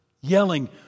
yelling